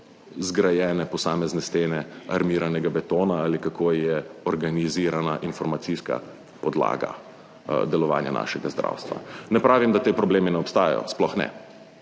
zgrajene posamezne stene armiranega betona ali kako je organizirana informacijska podlaga delovanja našega zdravstva. Ne pravim, da ti problemi ne obstajajo, sploh ne,